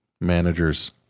Managers